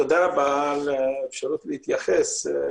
תודה רבה על האפשרות להתייחס.